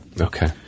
Okay